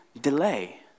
delay